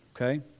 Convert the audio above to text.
okay